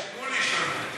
יש גמול השתלמות.